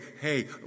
Hey